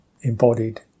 embodied